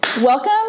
welcome